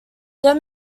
though